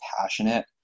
passionate